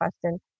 question